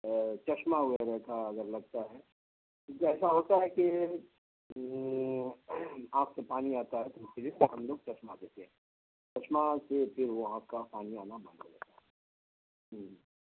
چشمہ وغیرہ کا اگر لگتا ہے کیونکہ ایسا ہوتا ہے کہ آنکھ سے پانی آتا ہے تو صرف ہم لوگ چشمہ دیتے ہیں چشمہ سے پھر وہ آنکھ کا پانی آنا بند ہو جاتا ہے